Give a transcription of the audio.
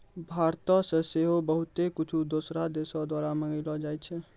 भारतो से सेहो बहुते कुछु दोसरो देशो द्वारा मंगैलो जाय छै